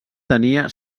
tenia